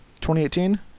2018